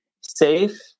safe